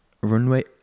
runway